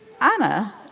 Anna